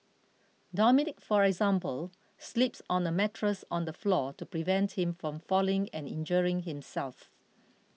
Dominic for example sleeps on a mattress on the floor to prevent him from falling and injuring himself